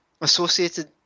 associated